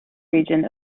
region